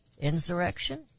Insurrection